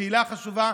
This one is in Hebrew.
קהילה חשובה,